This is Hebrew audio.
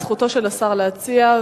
זכותו של השר להציע,